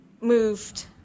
moved